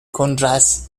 contrasts